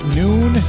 noon